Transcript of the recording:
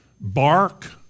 bark